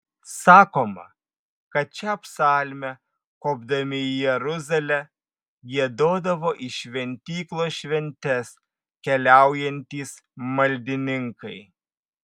sakoma kad šią psalmę kopdami į jeruzalę giedodavo į šventyklos šventes keliaujantys maldininkai